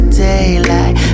daylight